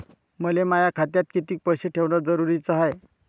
मले माया खात्यात कितीक पैसे ठेवण जरुरीच हाय?